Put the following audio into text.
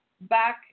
back